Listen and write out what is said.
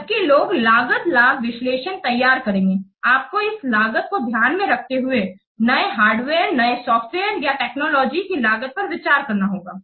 जबकि लोग लागत लाभ विश्लेषण तैयार करेंगे आपको इस लागत को ध्यान में रखते हुए नए हार्डवेयर नए सॉफ्टवेयर या नई टेक्नोलॉजी की लागत पर विचार करना होगा